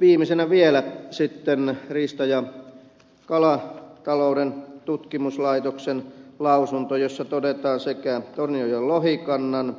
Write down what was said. viimeisenä vielä sitten riista ja kalatalouden tutkimuslaitoksen lausunto jossa todetaan tornionjoen lohikannan